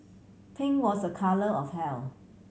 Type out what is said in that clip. pink was a colour of health